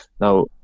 now